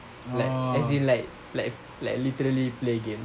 like as in like like like literally play game